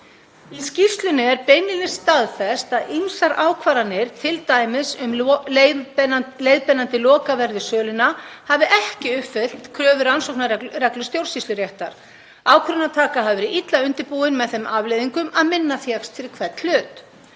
Í skýrslunni er beinlínis staðfest að ýmsar ákvarðanir, t.d. um leiðbeinandi lokaverð við söluna, hafi ekki uppfyllt kröfur rannsóknarreglu stjórnsýsluréttar, ákvarðanataka hafi verið illa undirbúin með þeim afleiðingum að minna fékkst fyrir hvern hlut.